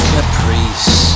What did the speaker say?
Caprice